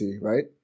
right